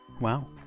Wow